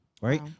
right